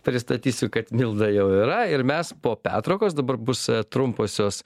pristatysiu kad milda jau yra ir mes po pertraukos dabar bus trumposios